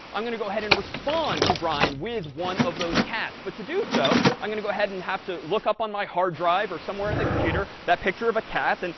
i'm going to go ahead and respond to brian with one of those cats. but to do so, i'm going to go ahead and have to look up on my hard drive or somewhere in the computer that picture of a cat. and